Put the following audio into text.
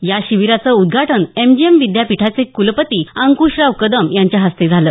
या शिबीराचं उद्घाटन एमजीएम विद्यापीठाचे कुलपती अंकुशराव कदम यांच्या हस्ते झालं